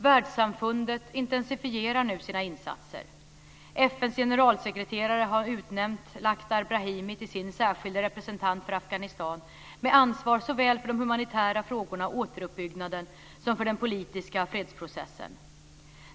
Världssamfundet intensifierar nu sina insatser. FN:s generalsekreterare har utnämnt Lakhdar Brahimi till sin särskilde representant för Afghanistan med ansvar såväl för de humanitära frågorna och återuppbyggnaden som för den politiska fredsprocessen.